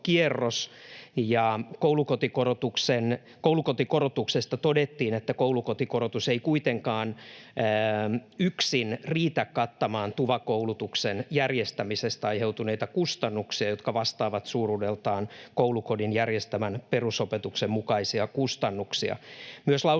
Koulukotikorotuksesta todettiin, että koulukotikorotus ei kuitenkaan yksin riitä kattamaan TUVA-koulutuksen järjestämisestä aiheutuneita kustannuksia, jotka vastaavat suuruudeltaan koulukodin järjestämän perusopetuksen mukaisia kustannuksia.